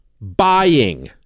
buying